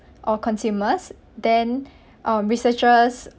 or consumers then um researchers